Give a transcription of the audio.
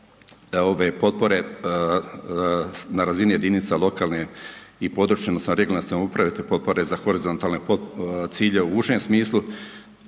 ove potpore na razini jedinica lokalne i područne, odnosno regionalne samouprave te potpore za horizontalne ciljeve u užem smislu